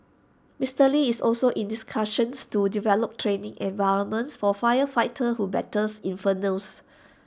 Mister lee is also in discussions to develop training environments for firefighters who battles infernos